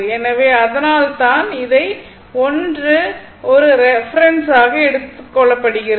எனவே அதனால்தான் இதை I ஒரு ரெபெரென்ஸ் ஆக எடுத்துக் கொள்ளப்படுகிறது